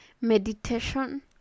meditation